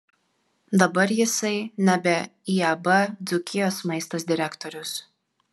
dabar jisai nebe iab dzūkijos maistas direktorius